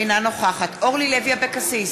אינה נוכחת אורלי לוי אבקסיס,